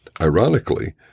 ironically